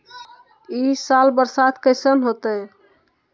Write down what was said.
ई साल बरसात कैसन होतय?